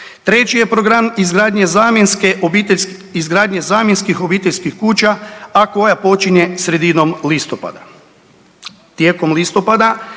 Treći je program izgradnje zamjenskih obiteljskih kuća, a koja počinje sredinom listopada.